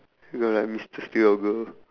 no lah mister steal your girl